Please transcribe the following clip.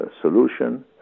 solution